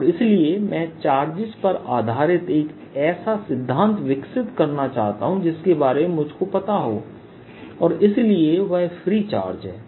और इसलिए मैं चार्जेस पर आधारित एक ऐसा सिद्धांत विकसित करना चाहता हूं जिसकी बारे में मुझको पता हो और इसलिए वह फ्री चार्ज है